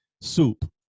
soup